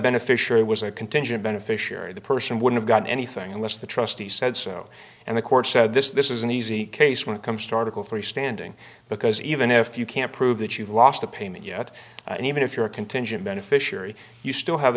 beneficiary was a contingent beneficiary the person would have gotten anything unless the trustee said so and the court said this this is an easy case when it comes to article three standing because even if you can't prove that you've lost the payment yet even if you're a contingent beneficiary you still have